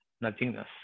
nothingness